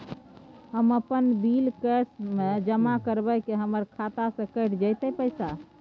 हम अपन bill cash म जमा करबै की हमर खाता स कैट जेतै पैसा?